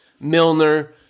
Milner